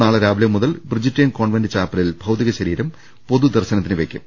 നാളെ രാവിലെ മുതൽ ബ്രിജിറ്റൈൻ കോൺവെന്റ് ചാപ്പലിൽ ഭൌതികശരീരം പൊതുദർശനത്തിന് വയ്ക്കും